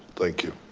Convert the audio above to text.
thank you.